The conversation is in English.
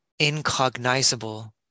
incognizable